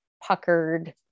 puckered